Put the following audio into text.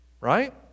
Right